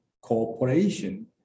cooperation